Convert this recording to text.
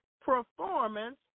performance